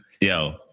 Yo